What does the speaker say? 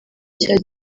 cya